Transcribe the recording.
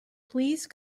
please